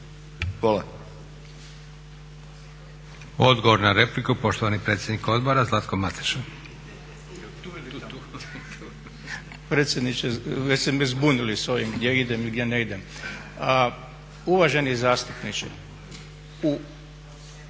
(SDP)** Odgovor na repliku, poštovani predsjednik odbora Zlatko Mateša. **Mateša, Zlatko** Predsjedniče već ste me zbunili s ovim gdje idem i gdje ne idem. Uvaženi zastupniče u